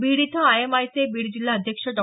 बीड इथं I M I चे बीड जिल्हा अध्यक्ष डॉ